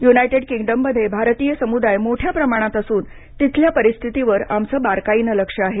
United किंगडममध्ये भारतीय समुदाय मोठ्या प्रमाणात असून तिथल्या परिस्थितीवर आमचं बारकाईनं लक्ष आहे